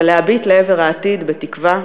ולהביט לעבר העתיד בתקווה ובאומץ.